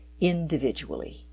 individually